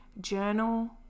journal